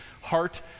heart